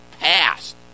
passed